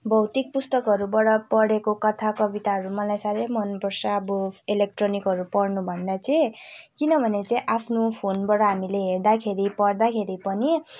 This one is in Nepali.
भौतिक पुस्तकहरूबाट पढेको कथा कविताहरू मलाई साह्रै मनपर्छ अब इलेक्ट्रोनिकहरू पढ्नुभन्दा चाहिँ किनभने चाहिँ आफ्नो फोनबाट हामीले हेर्दाखेरि पढ्दाखेरि पनि